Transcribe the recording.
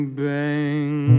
bang